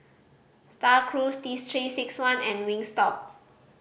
Star Cruise Three Six One and Wingstop